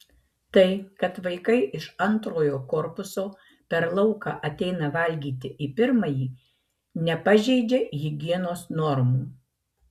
tai kad vaikai iš antrojo korpuso per lauką ateina valgyti į pirmąjį nepažeidžia higienos normų